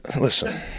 Listen